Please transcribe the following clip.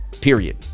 Period